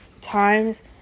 times